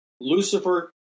Lucifer